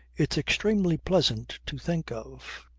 it's extremely pleasant to think of.